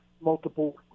multiple